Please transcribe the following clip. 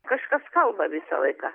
kažkas kalba visą laiką